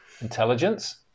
intelligence